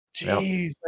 jeez